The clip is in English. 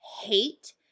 hate